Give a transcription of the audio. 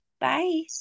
Bye